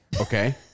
Okay